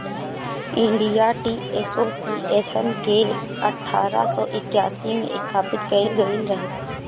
India tea association के अठारह सौ इक्यासी में स्थापित कईल गईल रहे